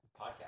podcast